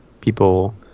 People